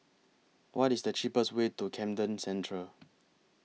What IS The cheapest Way to Camden Centre